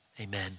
Amen